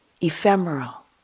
ephemeral